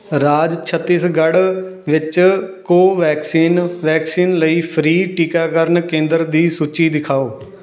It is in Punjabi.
ਰਾਜ ਛੱਤੀਸਗੜ੍ਹ ਵਿੱਚ ਕੋਵੈਕਸੀਨ ਵੈਕਸਿਨ ਲਈ ਫ੍ਰੀ ਟੀਕਾਕਰਨ ਕੇਂਦਰ ਦੀ ਸੂਚੀ ਦਿਖਾਓ